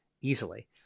easily